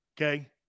Okay